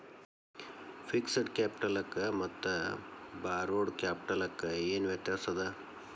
Fixed ಕ್ಯಾಪಿಟಲಕ್ಕ ಮತ್ತ borrowed ಕ್ಯಾಪಿಟಲಕ್ಕ ಏನ್ ವ್ಯತ್ಯಾಸದ?